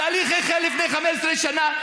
התהליך החל לפני 15 שנה.